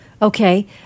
Okay